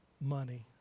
money